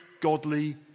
godly